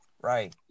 right